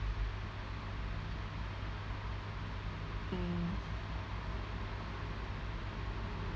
mm